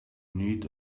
need